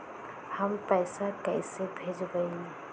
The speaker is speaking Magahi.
हम पैसा कईसे भेजबई?